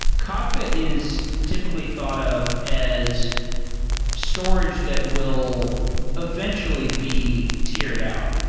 kafka is typically thought of as storage that will eventually be tiered out.